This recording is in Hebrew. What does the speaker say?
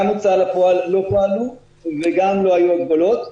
גם הוצאה לפועל לא פעלו וגם לא היו הגבלות.